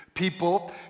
people